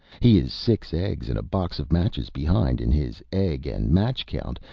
he is six eggs and a box of matches behind in his egg and match account,